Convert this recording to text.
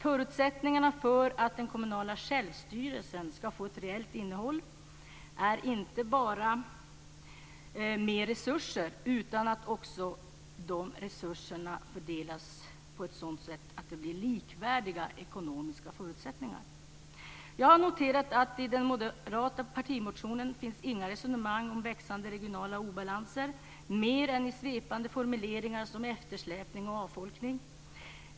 Förutsättningarna för att den kommunala självstyrelsen ska få ett reellt innehåll är inte bara mer resurser utan också att resurserna fördelas på ett sådant sätt att det blir likvärdiga ekonomiska förutsättningar. Jag har noterat att i den moderata partimotionen finns inga resonemang om växande regionala obalanser mer än i svepande formuleringar om eftersläpning och avfolkning.